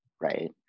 right